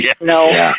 No